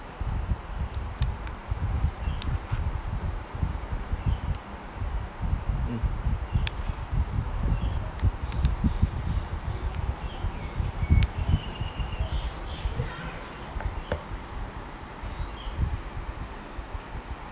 mm